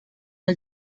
els